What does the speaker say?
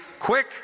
quick